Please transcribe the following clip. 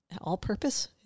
All-purpose